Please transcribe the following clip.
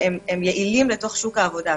והם יעילים לתוך שוק העבודה.